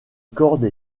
corde